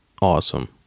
awesome